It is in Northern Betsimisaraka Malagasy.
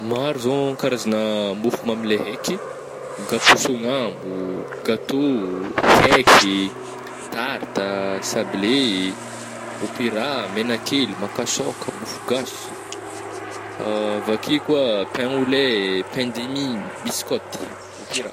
Maro zô karazagna mofo mamy le haiky gatô sognambo, gatô, cake ih, tarta, sablé, opera, megnakely, makasaoka, mofogasy avy akeo koa pain au lait, pain de mie, biscotte, opera.